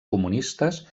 comunistes